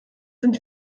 sind